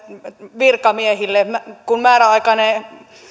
virkamiehille kun määräaikainen